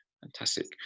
Fantastic